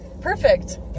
Perfect